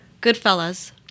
Goodfellas